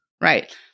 right